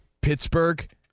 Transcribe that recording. Pittsburgh